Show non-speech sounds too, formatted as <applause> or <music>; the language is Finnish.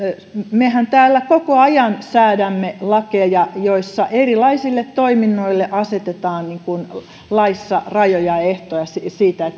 mehän täällä koko ajan säädämme lakeja joissa erilaisille toiminnoille asetetaan laissa rajoja ja ehtoja siitä <unintelligible>